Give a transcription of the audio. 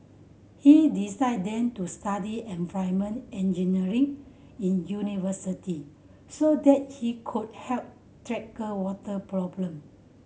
he decided then to study environment engineering in university so that he could help tackle water problem